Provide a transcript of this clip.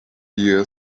year